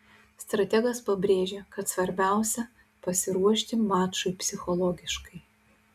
strategas pabrėžė kad svarbiausia pasiruošti mačui psichologiškai